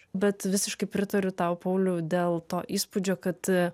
bet visiškai pritariu tau paulių dėl to įspūdžio kad